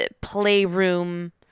playroom